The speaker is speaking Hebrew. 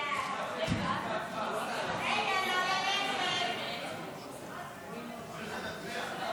חוק להסדרת הפיקוח על כלבים (תיקון מס' 6,